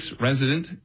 resident